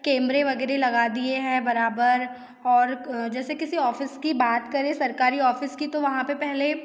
कैमरे वग़ैरह लगा दिए है बराबर और जैसे किसी ऑफिस की बात करें सरकारी ऑफिस की तो वहाँ पर पहले